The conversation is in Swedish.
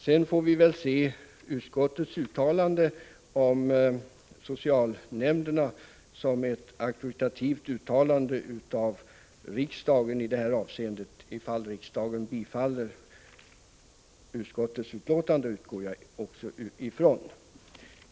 Vidare får vi väl betrakta socialutskottets uttalande om socialnämnderna som ett auktoritativt uttalande, om riksdagen, som jag utgår ifrån, bifaller utskottets hemställan.